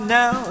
now